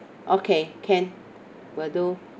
okay can will do